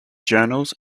journals